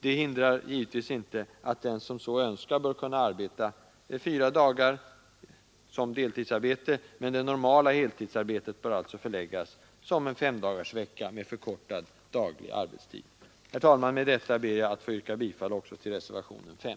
Det hindrar givetvis inte att den som så önskar bör kunna arbeta fyra dagar som deltidsarbete, men det normala heltidsarbetet bör förläggas till en femdagarsvecka med förkortad daglig arbetstid. Herr talman! Med detta ber jag att få yrka bifall också till reservationen 5.